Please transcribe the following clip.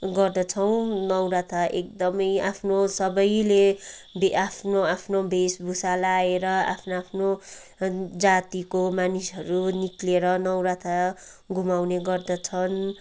गर्दछौँ नौरथा एकदमै आफ्नो सबैले भे आफ्नो आफ्नो वेशभुषा लाएर आफ्नो आफ्नो जातिको मानिसहरू निक्लिएर नौरथा घुमाउने गर्दछन्